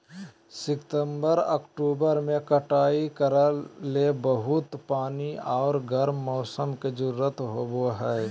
सितंबर, अक्टूबर में कटाई करे ले बहुत पानी आर गर्म मौसम के जरुरत होबय हइ